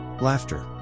Laughter